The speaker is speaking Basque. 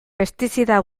pestizida